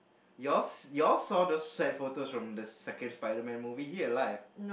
yours you'll saw those side photos from the second Spiderman movie he alive